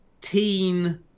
teen